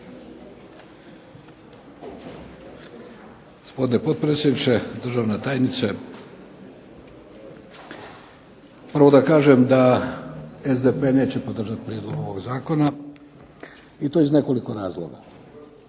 Gospodine potpredsjedniče, državna tajnice. Prvo da kažem da SDP neće podržati prijedlog ovog zakona i to iz nekoliko razloga.